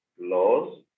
laws